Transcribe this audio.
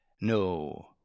No